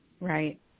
Right